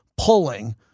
pulling